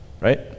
Right